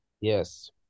Yes